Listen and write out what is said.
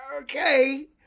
okay